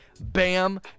bam